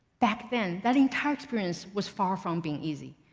back then, that entire experience was far from being easy,